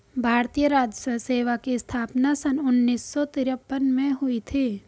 भारतीय राजस्व सेवा की स्थापना सन उन्नीस सौ तिरपन में हुई थी